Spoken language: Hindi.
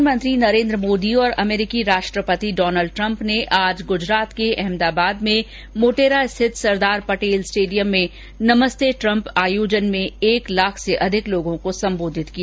प्रधानमंत्री नरेन्द्र मोदी और अमेरिकी राष्ट्रपति डोनल्ड ट्रम्प ने आज गुजरात के अहमदाबाद में मोटेरा स्थित सरदार पटेल स्टेडियम में नमस्ते ट्रम्प आयोजन में एक लाख से अधिक लोगों को सम्बोधित किया